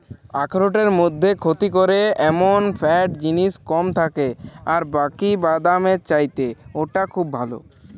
আখরোটের মধ্যে ক্ষতি করে এমন ফ্যাট জিনিস কম থাকে আর বাকি বাদামের চাইতে ওটা খুব ভালো